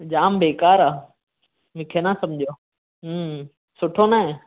जाम बेकारु आहे मूंखे न समुझो सुठो न आहे